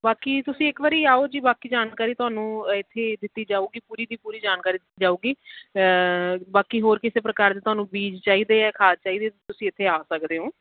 ਬਾਕੀ ਤੁਸੀਂ ਇੱਕ ਵਾਰੀ ਆਓ ਜੀ ਬਾਕੀ ਜਾਣਕਾਰੀ ਤੁਹਾਨੂੰ ਇੱਥੇ ਦਿੱਤੀ ਜਾਵੇਗੀ ਪੂਰੀ ਦੀ ਪੂਰੀ ਜਾਣਕਾਰੀ ਦਿੱਤੀ ਜਾਵੇਗੀ ਬਾਕੀ ਹੋਰ ਕਿਸੇ ਪ੍ਰਕਾਰ ਤੁਹਾਨੂੰ ਬੀਜ ਚਾਹੀਦੇ ਆ ਖਾਦ ਚਾਹੀਦੇ ਹੈ ਤੁਸੀਂ ਇੱਥੇ ਆ ਸਕਦੇ ਹੋ